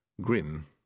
Grim